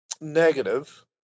negative